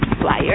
flyer